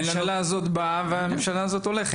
הממשלה הזאת באה והממשלה הזאת הולכת.